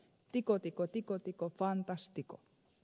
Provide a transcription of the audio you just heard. tico tico tico tico fantastico